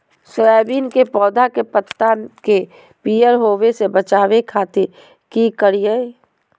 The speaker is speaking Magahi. सोयाबीन के पौधा के पत्ता के पियर होबे से बचावे खातिर की करिअई?